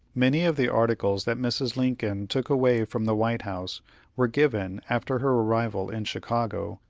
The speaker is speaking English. many of the articles that mrs. lincoln took away from the white house were given, after her arrival in chicago,